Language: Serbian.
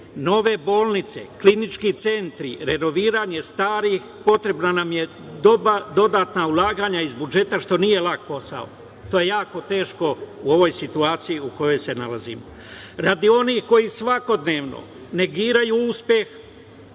nove bolnice, klinički centri, renoviranje starih, potrebna su nam dodatna ulaganja iz budžeta, što nije lak posao. To je jako teško u ovoj situaciji u kojoj se nalazimo. Radi onih koji svakodnevno negiraju uspeh